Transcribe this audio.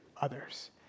others